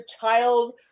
child